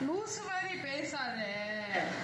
loose uh மாறி பேசாத:maari pesaatha